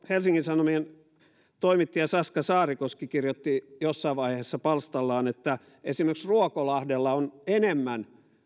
helsingin sanomien toimittaja saska saarikoski kirjoitti jossain vaiheessa palstallaan että esimerkiksi ruokolahdella on enemmän